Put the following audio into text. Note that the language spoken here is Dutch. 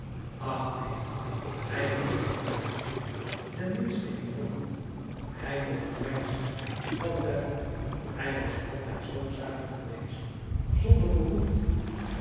ach neen hij moest maar blijven ten minste in holland hij mocht reizen dat wel hij was altijd zoo zuinig geweest zonder behoeften